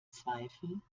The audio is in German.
zweifel